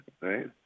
right